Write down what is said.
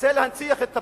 שרוצה להנציח את הפערים,